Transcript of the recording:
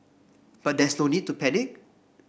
but there is no need to panic